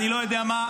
אני לא יודע מה,